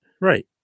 Right